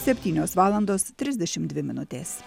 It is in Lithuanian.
septynios valandos trisdešimt dvi minutės